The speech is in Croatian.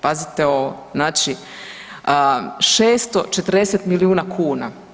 Pazite ovo, znači 640 milijuna kuna.